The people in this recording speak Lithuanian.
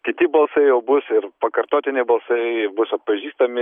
kiti balsai bus ir pakartotini balsai bus atpažįstami